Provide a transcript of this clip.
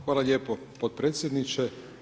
Hvala lijepo potpredsjedniče.